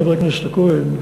חבר הכנסת כהן,